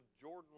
Jordan